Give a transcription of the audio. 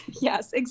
Yes